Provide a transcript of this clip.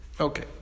Okay